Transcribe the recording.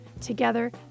Together